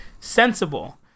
sensible